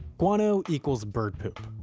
guano equals bird poop.